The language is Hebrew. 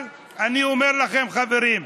אני אומר לכם, חברים,